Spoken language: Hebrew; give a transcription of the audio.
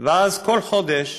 אז, כל חודש